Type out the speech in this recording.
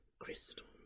Crystal